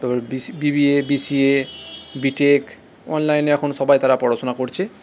তোর B C B B A C A BTech অনলাইনে এখন সবাই তারা পড়াশুনা করছে